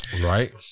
Right